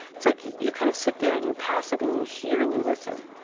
it's like you kind of sit there and you're passive and you hear and you listen.